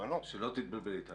משא ומתן עם האמריקנים.